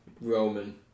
Roman